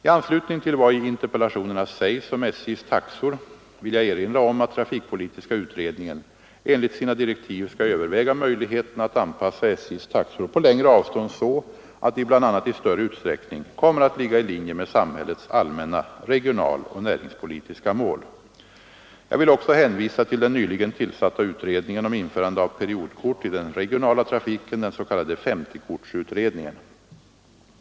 I anslutning till vad i interpellationerna sägs om SJ:s taxor vill jag erinra om att trafikpolitiska utredningen enligt sina direktiv skall överväga möjligheterna att anpassa SJ:s taxor på längre avstånd så att de bl.a. i större utsträckning kommer att ligga i linje med samhällets allmänna regionaloch näringspolitiska mål. Jag vill också hänvisa till den nyligen tillsatta utredningen om införande av periodkort i den regionala trafiken, den s.k. 50-kortsutredningen.